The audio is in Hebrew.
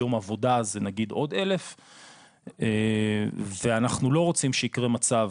יום עבודה זה נגיד עוד 1,000 ואנחנו לא רוצים שיקרה מצב